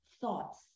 thoughts